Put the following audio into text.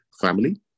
family